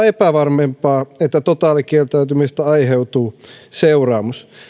epävarmempaa että totaalikieltäytymisestä aiheutuu seuraamus